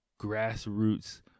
grassroots